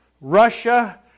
Russia